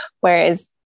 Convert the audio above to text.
Whereas